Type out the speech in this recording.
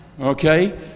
Okay